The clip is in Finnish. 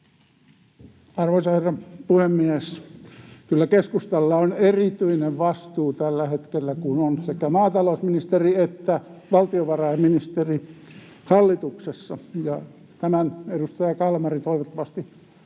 Arvoisa herra puhemies! Kyllä keskustalla on erityinen vastuu tällä hetkellä, kun on sekä maatalousministeri että valtiovarainministeri hallituksessa, ja tämän edustaja Kalmari toivottavasti